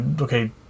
okay